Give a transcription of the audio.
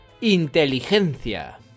Inteligencia